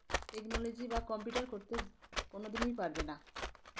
technology বা computer করতে কোনো দিনেই পারবে না